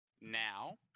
now